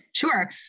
Sure